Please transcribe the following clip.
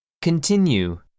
continue